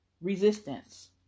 resistance